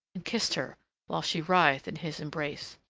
and kissed her whilst she writhed in his embrace.